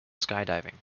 skydiving